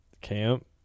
Camp